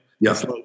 Yes